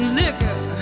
liquor